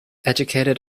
educated